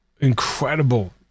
incredible